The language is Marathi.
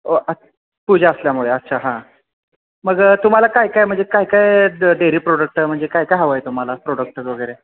ओ अच् पूजा असल्यामुळे अच्छा हां मग तुम्हाला काय काय म्हणजे काय काय डेअरी प्रोडक्ट म्हणजे काय काय हवं आहे तुम्हाला प्रोडक्टट वगैरे